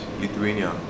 Lithuania